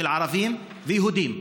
של ערבים ושל יהודים,